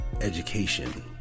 education